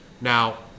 Now